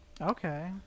Okay